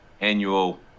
annual